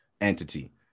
entity